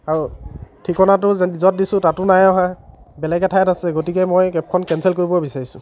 আৰু ঠিকনাটো য'ত দিছো তাতো নাই অহা বেলেগ এঠাইত আছে গতিকে মই কেবখন কেঞ্চেল কৰিব বিচাৰিছোঁ